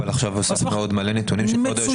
אבל עכשיו הוספנו עוד הרבה נתונים שכבוד היו"ר ביקש.